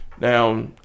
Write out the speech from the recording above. Now